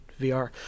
VR